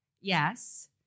Yes